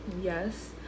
yes